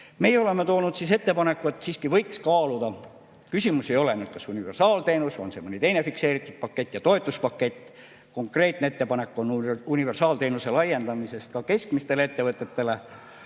oleme toonud siia ettepaneku, et siiski võiks kaaluda ... Küsimus ei ole nüüd selles, kas on universaalteenus või on mõni teine fikseeritud pakett ja toetuspakett. Konkreetne ettepanek on universaalteenuse laiendamine ka keskmistele ettevõtetele.